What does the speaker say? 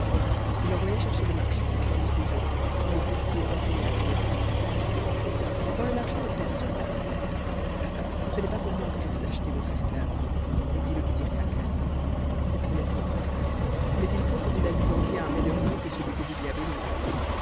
il envoya chercher le marchand par un de ses gens où le courtier enseigna qu'on le trouverait quand le marchand de perse fut arrivé ce n'est pas pour moi que je veux acheter votre esclave lui dit le vizir khacan c'est pour le roimais il faut que vous la lui vendiez à un meilleur prix que celui que vous y avez mis